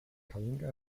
kalinga